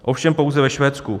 Ovšem pouze ve Švédsku.